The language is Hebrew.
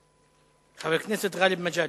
חבר הכנסת גאלב מג'אדלה,